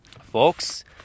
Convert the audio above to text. Folks